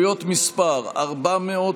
חברות